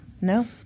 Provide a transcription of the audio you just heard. no